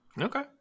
Okay